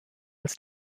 als